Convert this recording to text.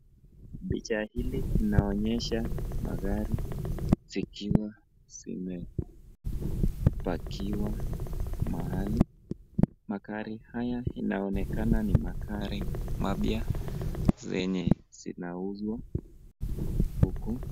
Picha hili inaonyesha magari zikiwa zimepakiwa mahali. Magari haya inaonekana ni magari mapya zenye zinauzwa huku.